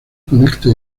conecta